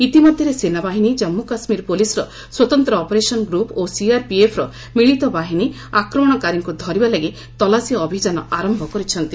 ଇତିମଧ୍ୟରେ ସେନାବାହିନୀ ଜାମ୍ମୁ ଓ କାଶ୍ମୀର ପୋଲିସର ସ୍ୱତନ୍ତ୍ର ଅପରେସନ ଗ୍ରୁପ ଓ ସିଆରପିଏଫର ମିଳିତ ବାହିନୀ ଆକ୍ରମଣକାରୀଙ୍କୁ ଧରିବା ଲାଗି ତଲାସୀ ଅଭିଯାନ ଆରମ୍ଭ କରିଛନ୍ତି